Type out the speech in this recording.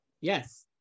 Yes